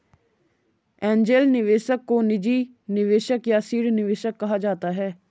angel निवेशक को निजी निवेशक या सीड निवेशक कहा जाता है